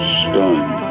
stunned